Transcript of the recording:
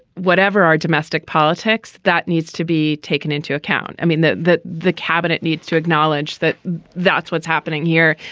whatever our domestic politics that needs to be taken into account. i mean that that the cabinet needs to acknowledge that that's what's happening here.